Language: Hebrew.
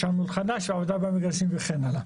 יש שם -- שעבדה במגרשים וכן הלאה.